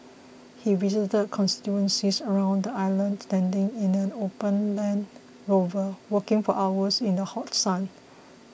he visited constituencies around the island standing in an open Land Rover walking for hours in the hot sun